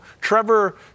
Trevor